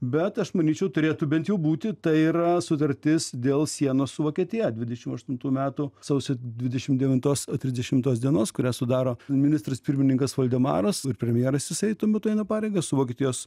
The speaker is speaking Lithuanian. bet aš manyčiau turėtų bent jau būti tai yra sutartis dėl sienos su vokietija dvidešim aštuntų metų sausio dvidešim devintos trisdešimtos dienos kurią sudaro ministras pirmininkas valdemaras ir premjeras jisai tuo metu eina pareigas su vokietijos